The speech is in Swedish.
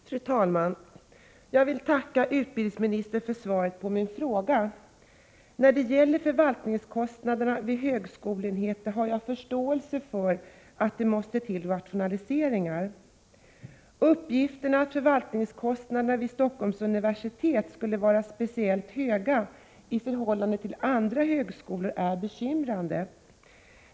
Fru talman! Jag vill tacka utbildningsministern för svaret på min fråga. När det gäller förvaltningskostnaderna vid högskoleenheter har jag förståelse för att det måste till rationaliseringar. Uppgiften att förvaltningskostnaderna vid Stockholms universitet skulle vara speciellt höga i förhållande till andra högskolor är bekymrande.